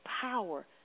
power